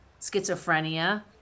schizophrenia